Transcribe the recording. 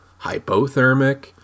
hypothermic